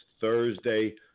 Thursday